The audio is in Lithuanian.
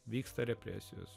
vyksta represijos